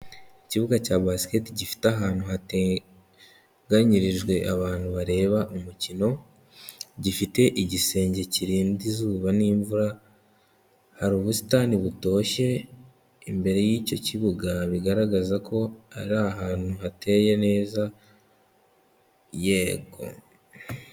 Ikibuga cya Basiketi, gifite ahantu hateganyirijwe abantu, bareba umukino, gifite igisenge kirinda izuba n'imvura, hari ubusitani butoshye, imbere y'icyo kibuga bigaragaza ko ari ahantu hateye neza, yego.